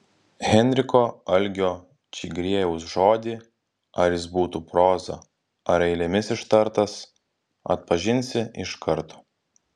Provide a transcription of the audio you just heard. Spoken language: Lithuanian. henriko algio čigriejaus žodį ar jis būtų proza ar eilėmis ištartas atpažinsi iš karto